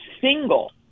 single